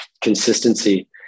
consistency